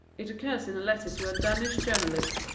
it occurs in a letter to a danish journalist,